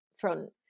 front